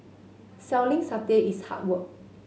selling satay is hard work